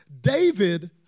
David